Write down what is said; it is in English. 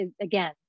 Again